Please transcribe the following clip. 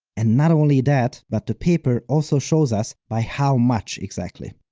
and not only that, but the paper also shows us by how much exactly.